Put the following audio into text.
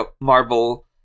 marble